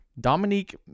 Dominique